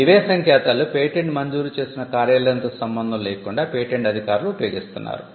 ఇవే సంకేతాలు పేటెంట్ మంజూరు చేసిన కార్యాలయంతో సంబంధం లేకుండా పేటెంట్ అధికారులు ఉపయోగిస్తున్నారు